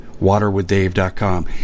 WaterWithDave.com